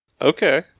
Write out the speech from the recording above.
Okay